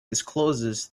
discloses